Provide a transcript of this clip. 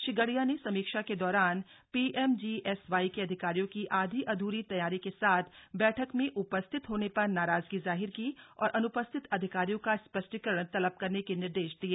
श्री गढ़िया ने समीक्षा के दौरान पीएमजीएसवाई के अधिकारियों की आधी अध्री तैयारी के साथ बैठक में उपस्थित होने पर नाराजगी जाहिर की और अन्पस्थित अधिकारियों का स्पष्टीकरण तलब करने के निर्देश दिए